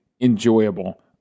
enjoyable